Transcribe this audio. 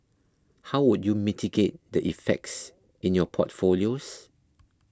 how would you mitigate the effects in your portfolios